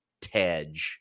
Tedge